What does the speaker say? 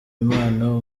imana